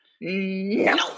no